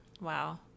Wow